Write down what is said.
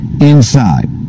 inside